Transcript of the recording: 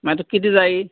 मागीर तुका कितें जाई